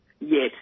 Yes